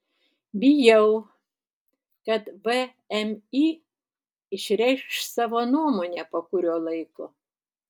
bijau kad vmi išreikš savo nuomonę po kurio laiko